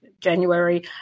January